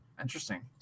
Interesting